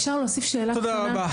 תודה רבה.